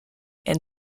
and